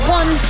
one